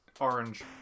orange